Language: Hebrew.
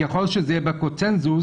ככל שזה יהיה בקונצנזוס,